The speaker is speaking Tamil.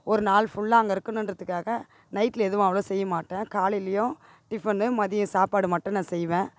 ஒரு நாள் ஃபுல்லா அங்கே இருக்கணுன்றத்துக்காக நைட்டில் எதுவும் அவ்வளோ செய்ய மாட்டேன் காலையிலேயும் டிஃபனு மதியம் சாப்பாடு மட்டும் நான் செய்வேன்